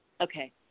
Okay